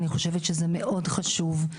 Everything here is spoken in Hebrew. אני חושבת שזה מאוד חשוב,